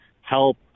help